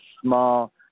small